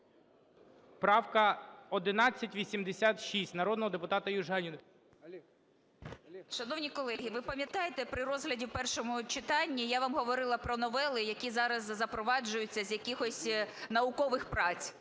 Правка 1186, народного депутата Южаніної. 12:42:38 ЮЖАНІНА Н.П. Шановні колеги, ви пам'ятаєте, при розгляді в першому читанні я вам говорила про новели, які зараз запроваджуються з якихось наукових праць?